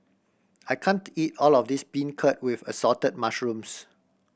I can't eat all of this beancurd with Assorted Mushrooms